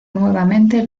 nuevamente